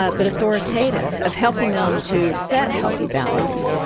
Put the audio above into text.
but but authoritative of helping them to set healthy boundaries